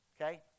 Okay